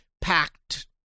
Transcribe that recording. packed